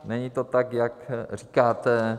Není to tak, jak říkáte.